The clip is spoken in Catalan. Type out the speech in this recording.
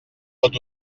tot